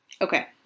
Okay